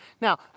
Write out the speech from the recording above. Now